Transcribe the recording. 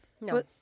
No